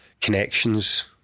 connections